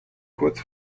kurz